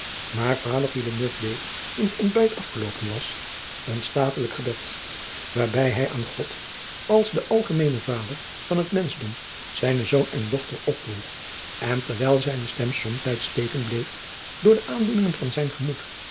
maar vader villeneuve deed toen het ontbijt afgeloopen was een statelijk gebed waarbij hij aan god als den algemeenen vader van het menschdom zijnen zoon en dochter opdroeg en terwijl zijne stem somtijds steken bleef door de aandoeningen van zijn gemoed